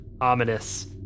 ominous